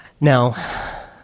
Now